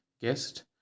guest